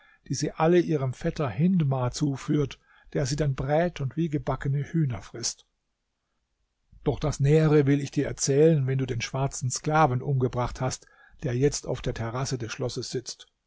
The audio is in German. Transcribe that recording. die sie alle ihrem vetter hindmar zuführt der sie dann brät und wie gebackene hühner frißt doch das nähere will ich dir erzählen wenn du den schwarzen sklaven umgebracht hast der jetzt auf der terrasse des schlosses sitzt